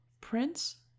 prince